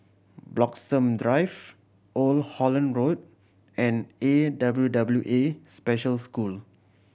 Bloxhome Drive Old Holland Road and A W W A Special School